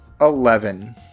Eleven